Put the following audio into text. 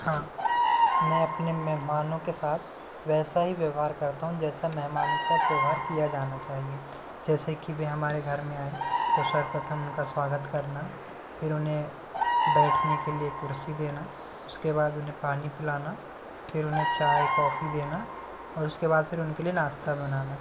हाँ मैं अपने मेहमानों के सात वैसा ही व्यवहार करता हूँ जैसा मेहमानों के सात व्यवहार किया जाना चाहिए जैसे कि वे हमारे घर में आएं तो सर्वप्रथम उनका स्वागत करना फिर उन्हें बैठने के लिए कुर्सी देना उसके बाद उन्हें पानी पिलाना फिर उन्हें चाय कॉफी देना और उसके बाद फिर उनके लिए नास्ता बनाना